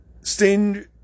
Sting